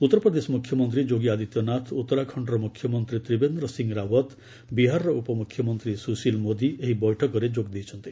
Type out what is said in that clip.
ଉତ୍ତରପ୍ରଦେଶ ମୁଖ୍ୟମନ୍ତ୍ରୀ ଯୋଗୀ ଆଦିତ୍ୟନାଥ ଉତ୍ତରାଖଣ୍ଡର ମୁଖ୍ୟମନ୍ତ୍ରୀ ତ୍ରିବେନ୍ଦ୍ର ସିଂହ ରାଓ୍ୱତ ବିହାରର ଉପମୁଖ୍ୟମନ୍ତ୍ରୀ ସୁଶୀଲ ମୋଦୀ ଏହି ବୈଠକରେ ଯୋଗଦେଇଛନ୍ତି